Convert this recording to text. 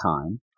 time